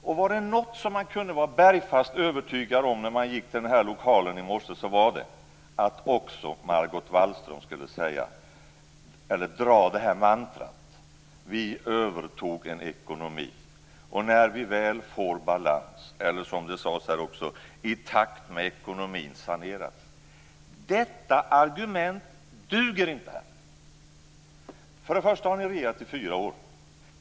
Om det var något som man kunde vara bergfast övertygad om när man gick till den här lokalen i morse, var det att också Margot Wallström skulle dra följande mantra: "Vi övertog en ekonomi, och när vi väl får balans ..." Eller som det här också har sagts: "I takt med att ekonomin saneras ..." Detta argument duger inte här. För det första har ni regerat i fyra år.